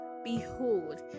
Behold